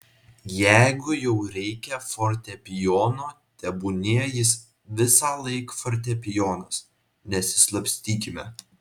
jeigu jau reikia fortepijono tebūnie jis visąlaik fortepijonas nesislapstykime